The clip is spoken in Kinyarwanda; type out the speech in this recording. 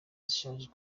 zishaje